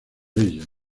ella